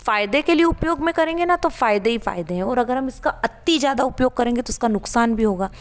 फायदे के लिए उपयोग में करेंगे न तो फायदे ही फायदे हैं और अगर हम इसका अति ज़्यादा उपयोग करेंगे तो इसका नुकसान भी होगा